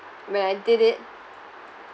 when I did it